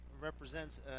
represents